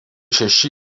šeši